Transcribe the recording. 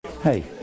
Hey